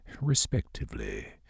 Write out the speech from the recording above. respectively